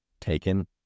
taken